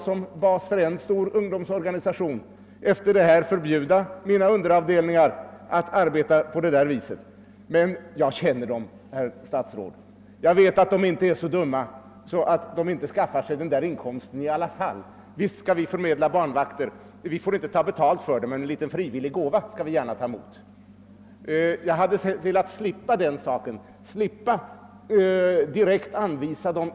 Som bas för en stor ungdomsorganisation måste jag hädanefter förbjuda mina underavdelningar att arbeta på detta sätt. Men jag känner dem, herr statsråd, och jag vet att de inte är så dumma att de inte skaffar sig dessa inkomster i alla fall. Visst skall de förmedla barnvakter. De får inte ta beotalt, men en liten frivillig gåva kan de gärna ta emot.